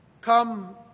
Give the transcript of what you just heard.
Come